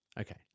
Okay